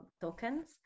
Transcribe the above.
tokens